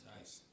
Nice